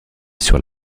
sur